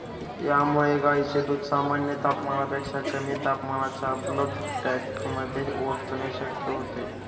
यामुळे गायींचे दूध सामान्य तापमानापेक्षा कमी तापमानाच्या बल्क टँकमध्ये ओतणे शक्य होते